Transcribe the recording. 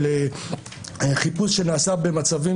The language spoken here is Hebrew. חיפוש שנעשה במצבים